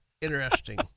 interesting